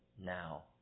now